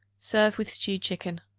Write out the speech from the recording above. serve with stewed chicken.